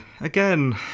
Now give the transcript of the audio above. Again